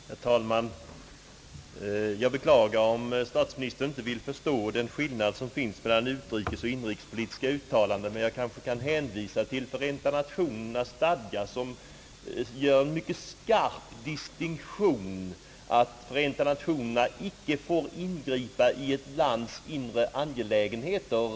Herr talman! Jag beklagar om statsministern inte vill förstå den skillnad som finns mellan utrikesoch inrikespolitiska uttalanden, men jag kan hänvisa till Förenta Nationernas stadga som gör en mycket skarp distinktion då den konstaterar att Förenta Nationerna icke får ingripa i ett lands inre angelägenheter.